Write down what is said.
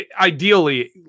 ideally